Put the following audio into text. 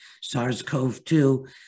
SARS-CoV-2